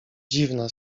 dziwna